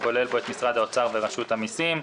שכולל בו את משרד האוצר ורשות המסים.